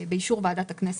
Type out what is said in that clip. באישור ועדת הכנסת,